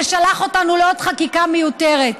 ששלח אותנו לעוד חקיקה מיותרת,